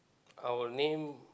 I would name